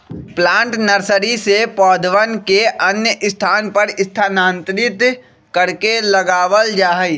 plant nursery से पौधवन के अन्य स्थान पर स्थानांतरित करके लगावल जाहई